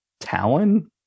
Talon